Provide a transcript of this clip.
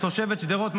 כתושבת שדרות,